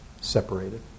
separated